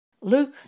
Luke